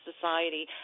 society